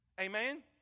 Amen